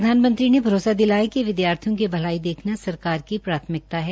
प्रधानमंत्री ने भरोसा दिलाया कि विद्यार्थियों की भलाई देखना सरकार की प्राथमिकता है